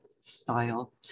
style